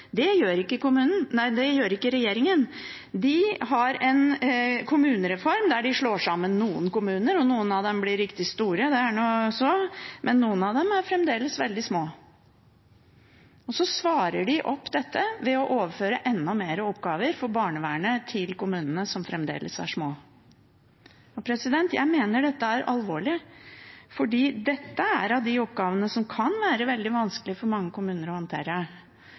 Det gjør ikke regjeringen. De har en kommunereform der de slår sammen noen kommuner – noen av dem blir riktig store, det er nå så, men noen av dem er fremdeles veldig små – og så svarer de på dette ved å overføre enda flere oppgaver for barnevernet til kommunene som fremdeles er små. Jeg mener dette er alvorlig, for dette er av de oppgavene som kan være veldig vanskelig for mange kommuner å håndtere,